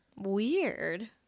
Weird